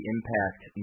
Impact